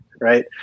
right